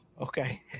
Okay